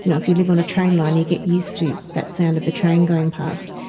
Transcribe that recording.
you know if you live on a train line you get used to that sound of the train going past.